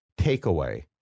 takeaway